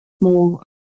more